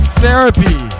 therapy